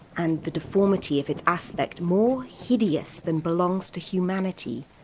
and the deformity of its aspect, more hideous than belongs to humanity,